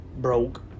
broke